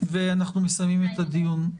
ואנחנו מסיימים את הדיון.